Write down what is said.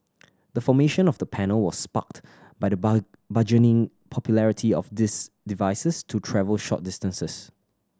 the formation of the panel was sparked by the bar burgeoning popularity of these devices to travel short distances